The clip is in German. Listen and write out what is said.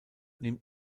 nimmt